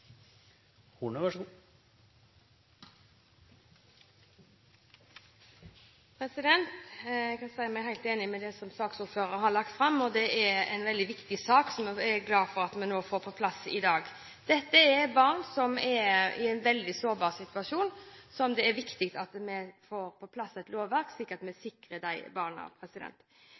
Jeg kan si meg helt enig i det som saksordføreren har lagt fram, og dette er en veldig viktig sak som jeg er glad for at vi får på plass i dag. Dette er barn som er i en veldig sårbar situasjon, og derfor er det viktig at vi får på plass et lovverk, slik at vi sikrer disse barna.